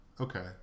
Okay